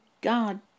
God